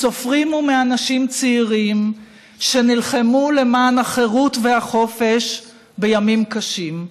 מסופרים ומאנשים צעירים שנלחמו למען החירות והחופש בימים קשים.